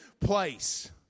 place